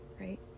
right